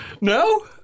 no